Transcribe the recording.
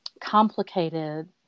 complicated